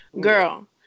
Girl